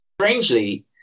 Strangely